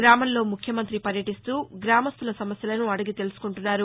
గ్రామంలో ముఖ్యమంత్రి పర్యటీస్తూ గ్రామస్తుల సమస్యలను అడిగి తెలుసుకుంటున్నారు